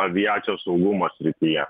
aviacijos saugumo srityje